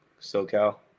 SoCal